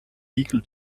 legal